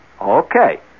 Okay